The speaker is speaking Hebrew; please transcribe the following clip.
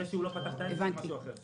זה שהוא לא פתח את העסק זה משהו אחר.